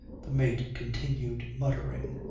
the mate continued, muttering.